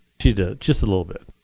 she did, just a little bit.